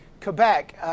Quebec